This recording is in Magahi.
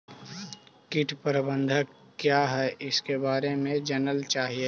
कीट प्रबनदक क्या है ईसके बारे मे जनल चाहेली?